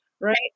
right